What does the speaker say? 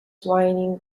whinnying